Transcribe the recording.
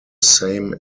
same